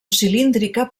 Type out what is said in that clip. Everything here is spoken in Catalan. cilíndrica